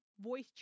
voice